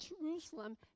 Jerusalem